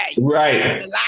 Right